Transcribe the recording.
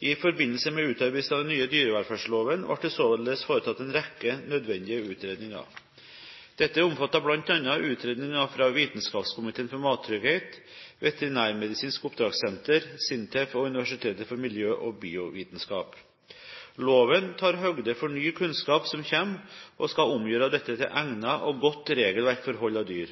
I forbindelse med utarbeidelsen av den nye dyrevelferdsloven ble det således foretatt en rekke nødvendige utredninger. Dette omfattet bl.a. utredninger fra Vitenskapskomiteen for mattrygghet, Veterinærmedisinsk Oppdragssenter, SINTEF og Universitetet for miljø- og biovitenskap. Loven tar høyde for ny kunnskap som kommer, og skal omgjøre dette til egnet og godt regelverk for hold av dyr.